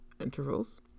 intervals